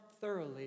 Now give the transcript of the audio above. thoroughly